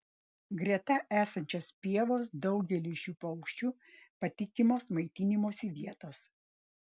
greta esančios pievos daugeliui šių paukščių patikimos maitinimosi vietos